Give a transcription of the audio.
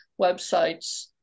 websites